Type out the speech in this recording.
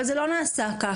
אבל זה לא נעשה כך.